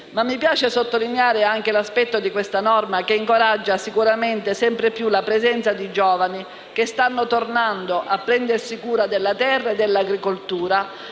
Mi piace sottolineare l'aspetto della norma in esame che incoraggia sicuramente sempre più la presenza dei giovani che stanno tornando a prendersi cura della terra e dell'agricoltura,